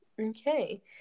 Okay